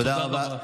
תודה רבה.